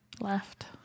left